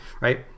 Right